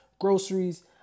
groceries